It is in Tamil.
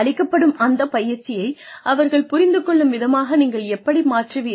அளிக்கப்படும் அந்த பயிற்சியை அவர்கள் புரிந்துக் கொள்ளும் விதமாக நீங்கள் எப்படி மாற்றுவீர்கள்